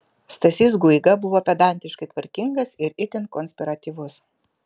stasys guiga buvo pedantiškai tvarkingas ir itin konspiratyvus